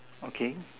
okay